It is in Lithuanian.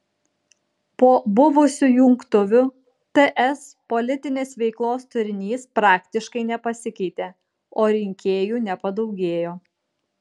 po buvusių jungtuvių ts politinės veiklos turinys praktiškai nepasikeitė o rinkėjų nepadaugėjo